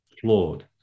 flawed